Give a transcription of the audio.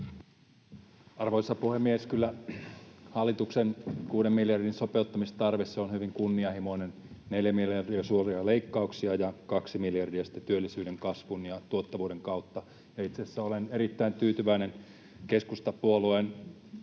Arvoisa puhemies! Kyllä, hallituksen kuuden miljardin sopeuttamistarve on hyvin kunnianhimoinen: neljä miljardia suoria leikkauksia ja kaksi miljardia sitten työllisyyden, kasvun ja tuottavuuden kautta. Itse asiassa olen erittäin tyytyväinen keskustapuolueen